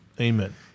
Amen